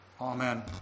Amen